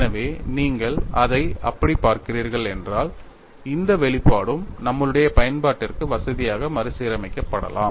எனவே நீங்கள் அதை அப்படிப் பார்க்கிறீர்கள் என்றால் இந்த வெளிப்பாடும் நம்மளுடைய பயன்பாட்டிற்கு வசதியாக மறுசீரமைக்கப்படலாம்